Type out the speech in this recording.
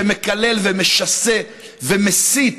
שמקלל ומשסה ומסית,